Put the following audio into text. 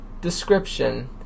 description